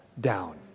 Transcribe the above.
down